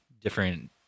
different